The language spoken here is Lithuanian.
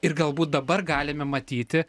ir galbūt dabar galime matyti